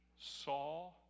saw